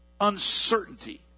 Uncertainty